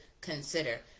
consider